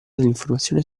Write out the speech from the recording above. dell’informazione